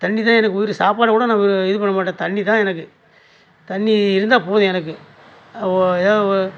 தண்ணி தான் எனக்கு உயிர் சாப்பாடு கூட நான் இது பண்ணமாட்டேன் தண்ணி தான் எனக்கு தண்ணி இருந்தால் போதும் எனக்கு